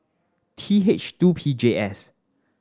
T H two P J S